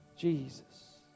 Jesus